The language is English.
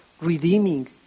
redeeming